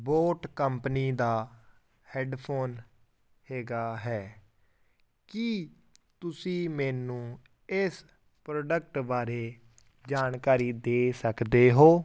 vote company ਦਾ headphone ਹੈਗਾ ਹੈ ਕੀ ਤੁਸੀਂ ਮੈਨੂੰ ਇਸ ਪ੍ਰੋਡਕਟ ਬਾਰੇ ਜਾਣਕਾਰੀ ਦੇ ਸਕਦੇ ਹੋ